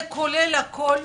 זה כולל הכול?